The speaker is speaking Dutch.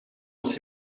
was